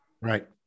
Right